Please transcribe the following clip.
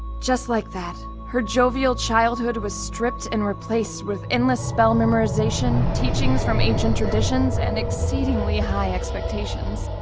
just like that, her jovial childhood was stripped and replaced with endless spell memorization, teachings from ancient traditions, and exceedingly high expectations.